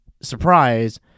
surprise